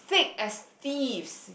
thick as thieves